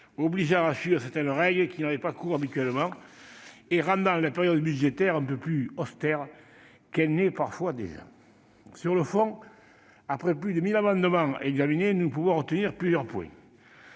obligeant à suivre certaines règles qui n'avaient pas cours habituellement, et rendant la période budgétaire encore plus austère qu'elle peut parfois l'être. Sur le fond, après plus de mille amendements examinés, nous pouvons retenir plusieurs points.